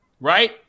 Right